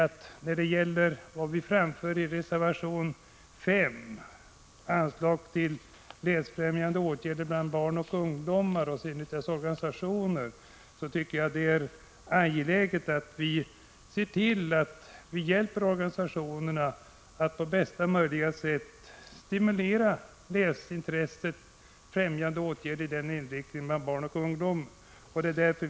Vi framhåller i reservation 5, som gäller anslag till barnoch ungdomsorganisationernas läsfrämjande åtgärder, att det är angeläget att hjälpa organisationerna att på bästa möjliga sätt stimulera läsintresset genom läsfrämjande åtgärder bland barn och ungdom.